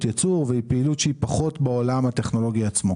ייצור והיא פעילות שהיא פחות בעולם הטכנולוגי עצמו.